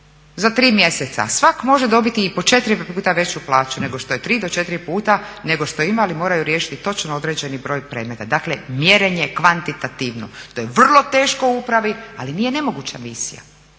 za 3 mjeseca, a svak može dobiti i po 4 puta veću plaću nego što je, 3 do 4 puta nešto što ima ali moraju riješiti točno određeni broj predmeta. Dakle, mjerenje kvantitativno, to je vrlo teško u upravi ali nije nemoguća misija,